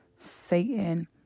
Satan